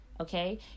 okay